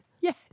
Yes